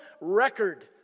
record